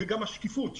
גם השקיפות.